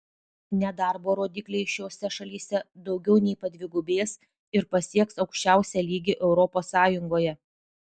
nedarbo rodikliai šiose šalyse daugiau nei padvigubės ir pasieks aukščiausią lygį europos sąjungoje